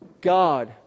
God